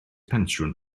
pensiwn